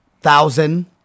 thousand